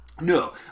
No